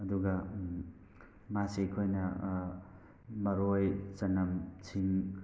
ꯑꯗꯨꯒ ꯃꯥꯁꯤ ꯑꯩꯈꯣꯏꯅ ꯃꯔꯣꯏ ꯆꯅꯝ ꯁꯤꯡ